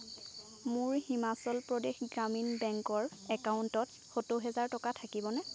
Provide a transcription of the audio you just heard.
মোৰ হিমাচল প্ৰদেশ গ্ৰামীণ বেংকৰ একাউণ্টত সত্তৰ হাজাৰ টকা থাকিবনে